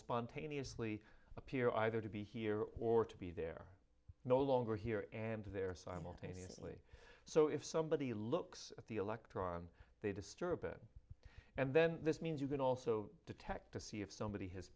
spontaneously appear either to be here or to be there no longer here and there simultaneous so if somebody looks at the electron they disturb it and then this means you can also detect to see if somebody has